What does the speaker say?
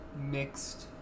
mixed